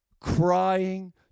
crying